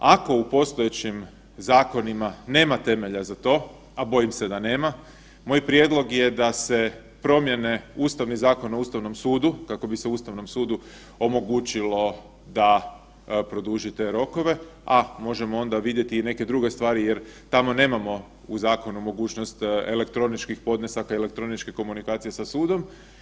Ako u postojećim zakonima nema temelja za to, a bojim se da nema, moj prijedlog je da se promijene Ustavni zakon na Ustavnom sudu kako bi se Ustavnom sudu omogućilo da produži te rokove, a možemo onda vidjeti i neke druge stvari jer tamo nemamo u zakonu mogućnost elektroničkih podnesaka i elektroničkih komunikacija sa sudom.